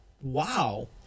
Wow